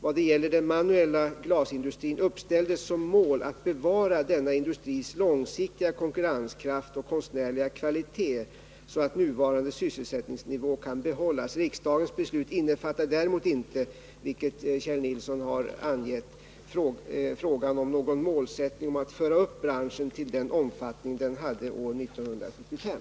Vad det gäller den manuella glasindustrin uppställdes som mål att bevara denna industris långsiktiga konkurrenskraft och konstnärliga kvalitet, så att den nuvarande sysselsättningsnivån kunde bibehållas. Riksdagens beslut innefattade däremot inte — vilket Kjell Nilsson har angett — någon målsättning att föra upp branschen till den omfattning den hade 1975.